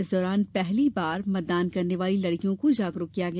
इस दौरान पहली बार मतदान करने वाली लड़कियों को जागरूक किया गया